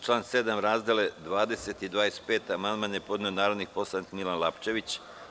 Na član 7. razdele 20 i 25 amandman je podneo narodni poslanik Milan Lapčević.